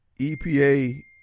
EPA